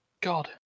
god